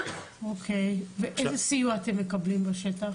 אוקיי, ואיזה סיוע אתם מקבלים בשטח?